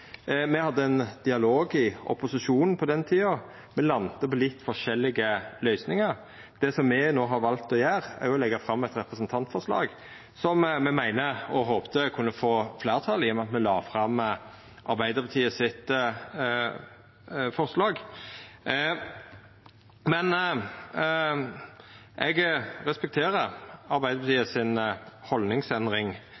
Me hadde ein dialog i opposisjonen på den tida. Me landa på litt forskjellige løysingar. Det som me no har valt å gjera, er å leggja fram eit representantforslag som me meiner – og håpte – kunne få fleirtal, i og med at me la fram Arbeidarpartiets forslag. Eg respekterer